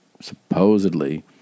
supposedly